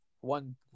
one